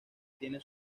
tiene